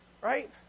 right